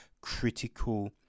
critical